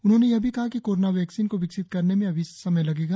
उन्होंने यह भी कहा कि कोरोना वैक्सीन को विकसित करने में अभी समय लगेगा